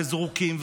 זרוקים,